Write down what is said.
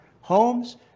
homes